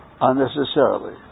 unnecessarily